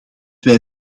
wij